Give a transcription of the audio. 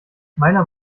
meiner